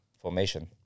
formation